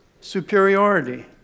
superiority